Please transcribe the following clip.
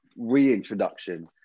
reintroduction